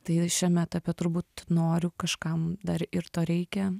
tai šiame etape turbūt noriu kažkam dar ir to reikia